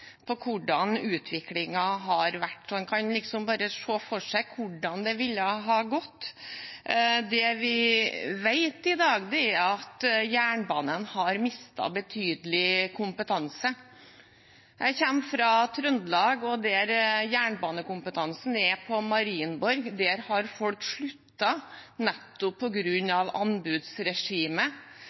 på hvordan utviklingen har vært – en kan liksom bare se for seg hvordan det ville ha gått. Det vi vet i dag, er at jernbanen har mistet betydelig kompetanse. Jeg kommer fra Trøndelag, og der jernbanekompetansen er, på Marienborg, har folk sluttet, nettopp på grunn av anbudsregimet